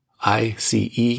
ICE